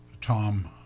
Tom